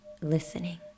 listening